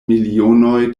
milionoj